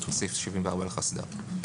זה סעיף 74 לחסד"פ.